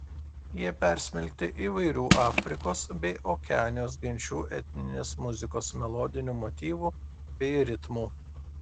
jie persmelkti įvairių afrikos bei okeanijos genčių etninės muzikos melodinių motyvų bei ritmų